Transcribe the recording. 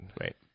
Right